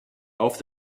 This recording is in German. auf